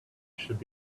should